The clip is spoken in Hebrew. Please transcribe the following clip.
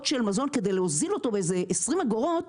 של מזון כדי להוזיל אותו באיזה 20 אגורות,